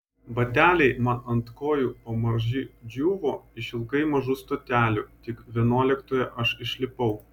bateliai man ant kojų pamaži džiūvo išilgai mažų stotelių tik vienuoliktoje aš išlipau